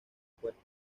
puesto